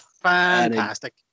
fantastic